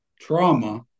trauma